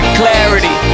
clarity